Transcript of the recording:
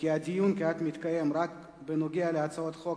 וכי הדיון כעת מתקיים רק בנוגע להצעת חוק